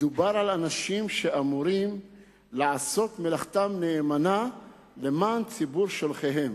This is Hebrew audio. מדובר באנשים שאמורים לעשות מלאכתם נאמנה למען ציבור שולחיהם.